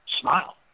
smile